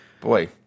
Boy